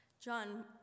John